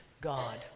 God